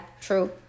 true